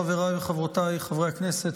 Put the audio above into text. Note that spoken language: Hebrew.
חבריי וחברותיי חברי הכנסת,